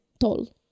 tall